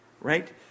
right